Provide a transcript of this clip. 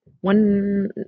one